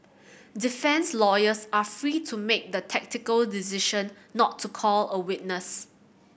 defence lawyers are free to make the tactical decision not to call a witness